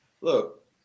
Look